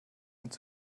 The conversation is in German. einen